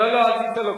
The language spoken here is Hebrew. לא לא, אל תיתן לו כלום.